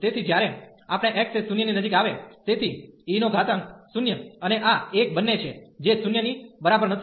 તેથી જ્યારે આપણે x એ 0 ની નજીક આવે તેથી e0 અને આ 1 બને છે જે 0 ની બરાબર નથી